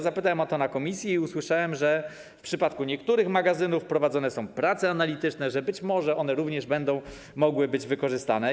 Zapytałem o to na posiedzeniu komisji i usłyszałem, że w przypadku niektórych magazynów prowadzone są prace analityczne, że być może one również będą mogły być wykorzystane.